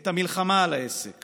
את המלחמה על העסק